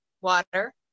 water